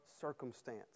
circumstance